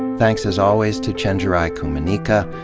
thanks as always to chenjerai kumanyika,